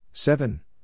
Seven